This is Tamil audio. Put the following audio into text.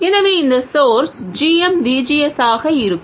எனவே இந்த source g m V G S ஆக இருக்கும்